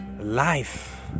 Life